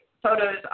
photos